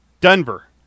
Denver